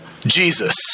Jesus